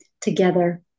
together